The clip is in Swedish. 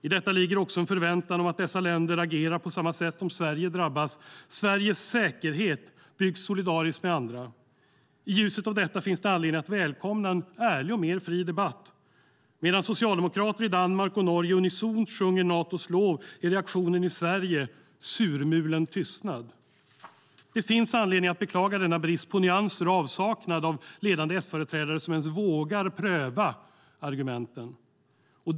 I detta ligger också en förväntan om att dessa länder agerar på samma sätt om Sverige drabbas. Sveriges säkerhet byggs solidariskt med andra. I ljuset av detta finns det anledning att välkomna en ärlig och mer fri debatt. Medan socialdemokrater i Danmark och Norge unisont sjunger Natos lov är reaktionen i Sverige surmulen tystnad. Det finns anledning att beklaga denna brist på nyanser och avsaknad av ledande S-företrädare som ens vågar pröva argumenten.